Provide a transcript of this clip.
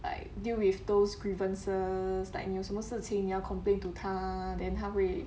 like deal with those grievances like 你有什么事情你要 complain to 他 then 他会